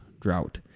drought